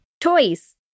Toys